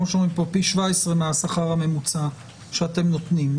פי 17 מהשכר הממוצע שאתם נותנים.